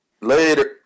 later